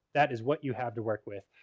that is what you have to work with.